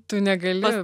tu negali